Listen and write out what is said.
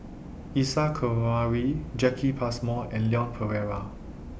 Isa Kamari Jacki Passmore and Leon Perera